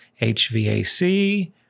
HVAC